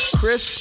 Chris